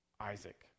Isaac